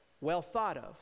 well-thought-of